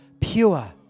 pure